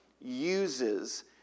uses